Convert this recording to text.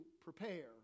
prepare